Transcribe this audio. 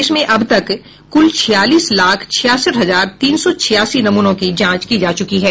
देश में अब तक कुल छियालीस लाख छियासठ हजार तीन सौ छियासी नमूनों की जांच की जा चुकी है